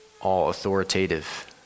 all-authoritative